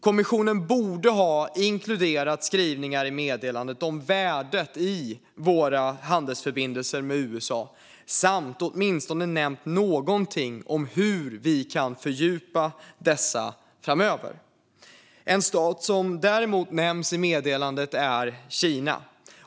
Kommissionen borde ha inkluderat skrivningar i meddelandet om värdet av våra handelsförbindelser med USA samt åtminstone nämnt någonting om hur vi kan fördjupa dessa framöver. En stat som däremot nämns i meddelandet är Kina.